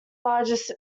largest